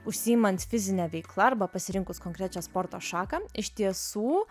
užsiimant fizine veikla arba pasirinkus konkrečią sporto šaką iš tiesų